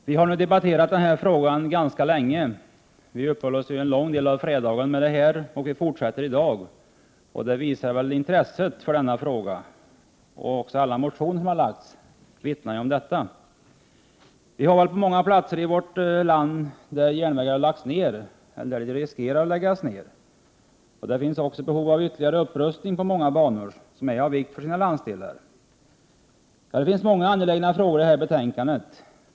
Herr talman! Vi har nu debatterat denna fråga ganska länge. Vi uppehöll oss vid den en stor del av fredagen, och vi fortsätter i dag. Det visar väl intresset för denna fråga. Även alla motioner som har lagts fram vittnar om detta. På många platser i vårt land har järnvägar lagts ned eller riskerar att läggas ned. Det finns också behov av ytterligare upprustning av många banor, som är av vikt för olika landsdelar. Det finns många angelägna frågor i detta betänkande.